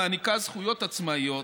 המעניקה זכויות עצמאיות.